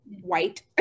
white